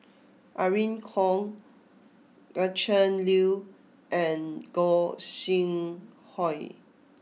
Irene Khong Gretchen Liu and Gog Sing Hooi